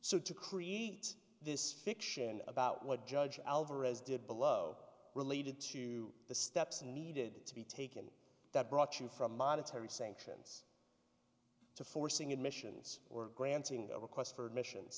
so to create this fiction about what judge alvarez did below related to the steps needed to be taken that brought you from monetary sanctions to forcing admissions or granting a request for admissions